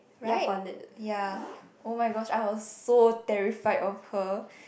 right ya oh my gosh I was so terrified of her